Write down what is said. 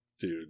Dude